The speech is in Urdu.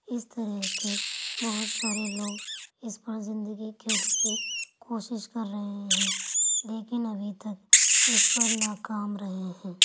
اس طرح کے بہت سارے لوگ اس پر زندگی کے لیے کوشش کر رہے ہیں لیکن ابھی تک اس پر ناکام رہے ہیں